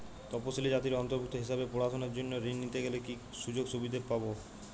তফসিলি জাতির অন্তর্ভুক্ত হিসাবে পড়াশুনার জন্য ঋণ নিতে গেলে কী কী সুযোগ সুবিধে পাব?